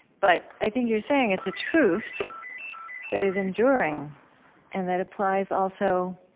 but i think you're saying, it's a truth that is enduring and that applies, also,